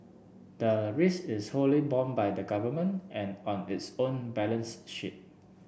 the risk is wholly borne by the Government an on its own balance sheet